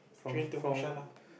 Train-to-Busan ah